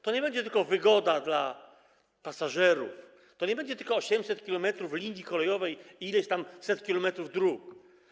To nie będzie tylko wygoda dla pasażerów, to nie będzie tylko 800 km linii kolejowej i ileśset kilometrów dróg.